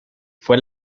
fue